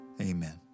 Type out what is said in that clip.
amen